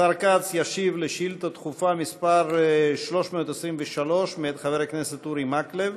השר כץ ישיב על שאילתה דחופה מס' 323 מאת חבר הכנסת אורי מקלב.